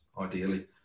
ideally